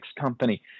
company